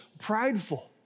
prideful